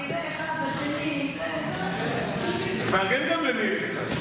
בסדר, די, כבר, אחד לשני, תפרגן גם למירי קצת.